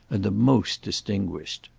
and the most distinguished.